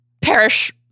perish